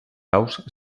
aus